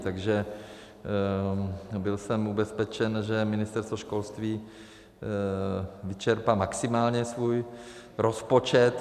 Takže byl jsem ubezpečen, že Ministerstvo školství vyčerpá maximálně svůj rozpočet.